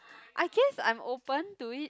I guess I'm open to it